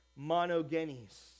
monogenes